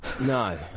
No